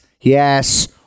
yes